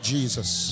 Jesus